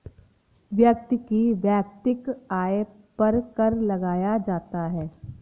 व्यक्ति के वैयक्तिक आय पर कर लगाया जाता है